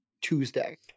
Tuesday